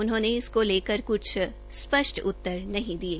उन्होंने इसको लेकर कुछ स्पष्ट उत्तर नहीं दिये